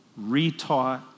retaught